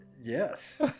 Yes